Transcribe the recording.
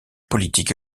politique